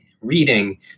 reading